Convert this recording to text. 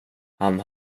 han